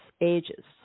ages